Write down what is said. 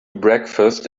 breakfast